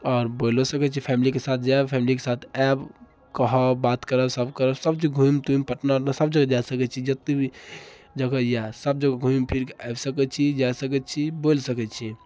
आओर बोलिओ सकैत छी फैमिलीके साथ जाएब फैमिलीके साथ आएब कहब बात करब सब करब सबकिछु घुमि तुमि पटना ओटना सब जगह जाए सकैत छी जतेक भी जगह यऽ सब जगह घुमि कऽ आबि सकैत छी जा सकैत छी बोलि सकैत छी